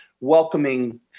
welcoming